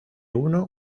uno